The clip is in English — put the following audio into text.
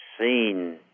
seen